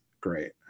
great